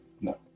No